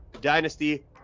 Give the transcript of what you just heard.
Dynasty